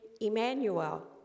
Emmanuel